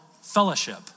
fellowship